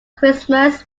christmas